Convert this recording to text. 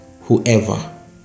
whoever